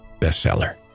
bestseller